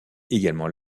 également